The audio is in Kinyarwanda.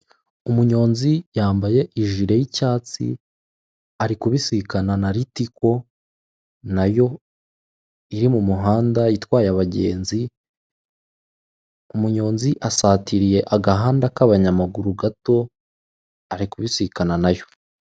Umunyonzi yambaye ijire y'icyati ari kubisikana na ritco nayo iri mu muhanda itwaye abagenzi umunyonzi asatiriye agahanda k'abanyamaguru gato ari kubisikana nayo.